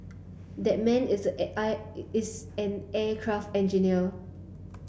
that man is is an aircraft engineer